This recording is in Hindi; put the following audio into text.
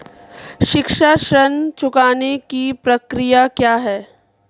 शिक्षा ऋण चुकाने की प्रक्रिया क्या है?